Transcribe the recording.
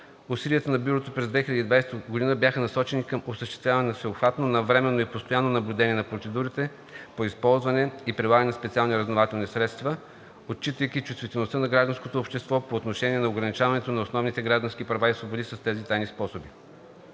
Усилията на Бюрото през 2020 г. бяха насочени към осъществяване на всеобхватно, навременно и постоянно наблюдение на процедурите по използване и прилагане на специални разузнавателни средства, отчитайки чувствителността на гражданското общество по отношение ограничаване на основните граждански права и свободи с тези тайни способи.